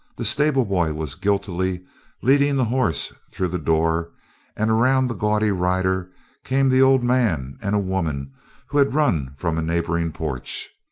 the stable boy was guiltily leading the horse through the door and around the gaudy rider came the old man, and a woman who had run from a neighboring porch,